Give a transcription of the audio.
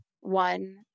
one